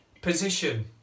position